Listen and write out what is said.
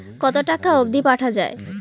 কতো টাকা অবধি পাঠা য়ায়?